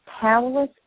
powerless